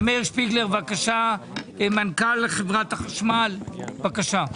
מאיר שפיגלר, מנכ"ל חברת החשמל, בבקשה.